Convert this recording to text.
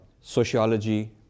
sociology